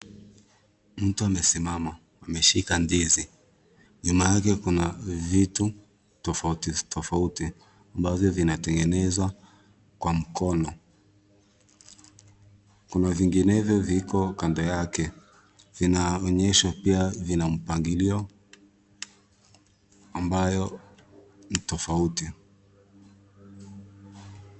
Mtu amesimama ameshika ndizi. Nyuma yake kuna vitu tofauti tofauti ambavyo vinatengenezwa kwa mkono. Kuna zinginevyo ziko kando yake zinaonyesha pia vina mpangilio ambayo ni tofauti.